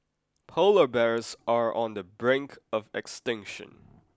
polar bears are on the brink of extinction